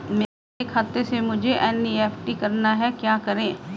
मेरे खाते से मुझे एन.ई.एफ.टी करना है क्या करें?